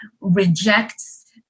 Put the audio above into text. rejects